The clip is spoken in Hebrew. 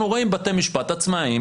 אנחנו רואים בתי משפט עצמאיים,